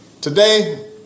Today